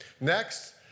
Next